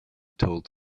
told